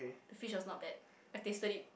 the fish was not bad I tasted it